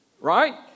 right